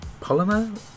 polymer